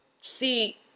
see